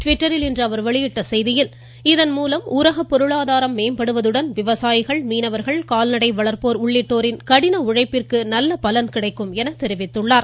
ட்விட்டரில் இன்று அவர் வெளியிட்ட செய்தியில் இதன்மூலம் ஹாகப் பொருளாதாரம் மேம்படுவதுடன் விவசாயிகள் மீனவர்கள் கால்நடை வளர்ப்போர் உள்ளிட்டோரின் கடின உழைப்பிற்கு நல்ல பலன் கிடைக்கும் என தெரிவித்துள்ளார்